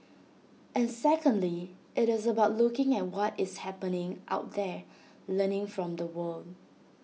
and secondly IT is about looking at what is happening out there learning from the world